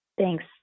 Thanks